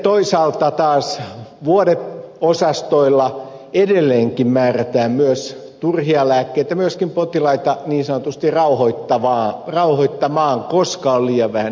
toisaalta vuodeosastoilla edelleenkin määrätään myös turhia lääkkeitä potilaita rauhoittamaan koska henkilökuntaa on liian vähän